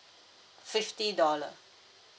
fifty dollar